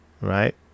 right